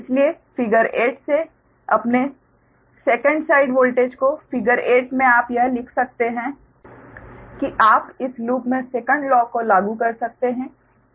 इसलिए फिगर 8 से अपने सेकेंड साइड वोल्टेज को फिगर 8 से आप यह लिख सकते हैं कि आप इस लूप में सेकंड लॉ को लागू कर सकते हैं